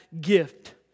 gift